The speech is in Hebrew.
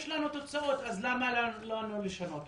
יש לנו תוצאות אז למה לנו לשנות?